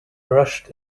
rushed